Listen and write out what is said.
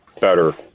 better